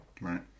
Right